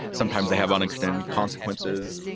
sometimes they have unintended consequences,